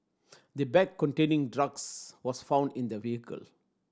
the bag containing drugs was found in the vehicle